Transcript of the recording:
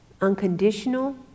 unconditional